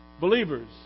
Believers